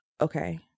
okay